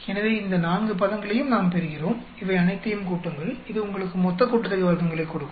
எனவே இந்த நான்கு பதங்களையும் நாம் பெறுகிறோம் இவை அனைத்தையும் கூட்டுங்கள் இது உங்களுக்கு மொத்த கூட்டுத்தொகை வர்க்கங்களைக் கொடுக்கும்